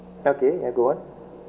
okay uh go on